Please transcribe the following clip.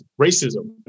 racism